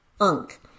unk